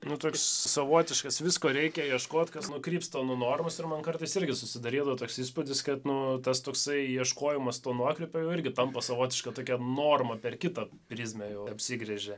nu toks savotiškas visko reikia ieškot kas nukrypsta nuo normos ir man kartais irgi susidarydavo toks įspūdis kad nu tas toksai ieškojimas to nuokrypio jau irgi tampa savotiška tokia norma per kitą prizmę jau apsigręžia